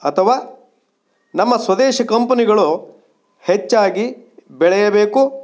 ಅಥವಾ ನಮ್ಮ ಸ್ವದೇಶಿ ಕಂಪನಿಗಳು ಹೆಚ್ಚಾಗಿ ಬೆಳೆಯಬೇಕು